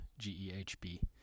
GEHB